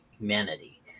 humanity